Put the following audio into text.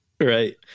Right